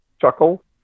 chuckle